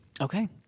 Okay